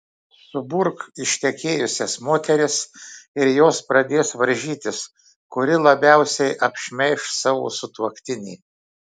suburk ištekėjusias moteris ir jos pradės varžytis kuri labiausiai apšmeiš savo sutuoktinį